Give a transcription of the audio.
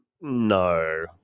no